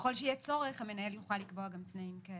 שככל שיהיה צורך המנהל יוכל לקבוע גם תנאים כאלה.